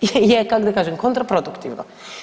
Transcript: je kak da kažem, kontraproduktivno.